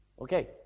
Okay